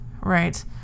right